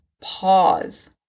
Pause